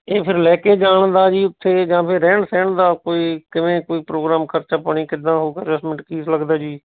ਇਹ ਫਿਰ ਲੈ ਕੇ ਜਾਣ ਦਾ ਜੀ ਉੱਥੇ ਜਾਂ ਫਿਰ ਰਹਿਣ ਸਹਿਣ ਦਾ ਕੋਈ ਕਿਵੇਂ ਕੋਈ ਪ੍ਰੋਗਰਾਮ ਖ਼ਰਚਾ ਪਾਣੀ ਕਿੱਦਾਂ ਉਹ ਅਰੇਜਮੈਂਟ ਕੀ ਲੱਗਦਾ ਜੀ